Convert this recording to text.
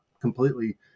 completely